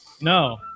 No